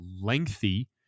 lengthy